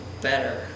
better